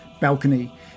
balcony